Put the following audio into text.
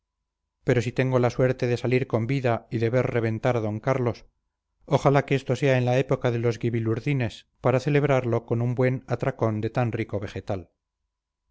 pero si tengo la suerte de salir con vida y de ver reventar a d carlos ojalá que esto sea en la época de los guibilurdines para celebrarlo con un buen atracón de tan rico vegetal